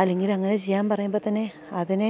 അല്ലെങ്കിലങ്ങനെ ചെയ്യാൻ പറയുമ്പം തന്നെ അതിനെ